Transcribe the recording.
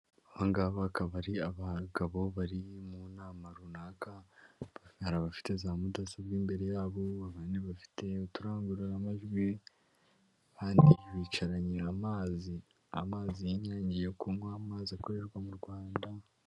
Aba ngaba akaba ari abagabo bari mu nama runaka, hari abafite za mudasobwa imbere yabo abandi bafite uturangururamajwi abandi bicaranye amazi, amazi y'inyange yo kunywa, amazi akorerwa mu Rwanda.